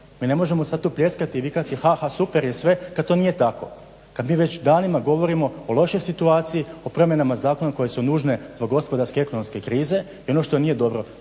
Mi ne možemo sad tu pljeskati i vikati ha, ha super je sve kad to nije tako, kad mi već danima govorimo o lošoj situaciji, o promjenama zakona koje su nužne zbog gospodarske i ekonomske krize. I ono što nije dobro,